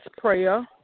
prayer